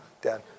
Dad